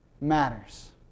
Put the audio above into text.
matters